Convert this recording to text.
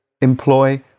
employ